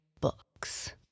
books